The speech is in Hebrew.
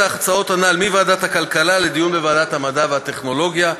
ההצעות הנ"ל מוועדת הכלכלה לדיון בוועדת המדע והטכנולוגיה.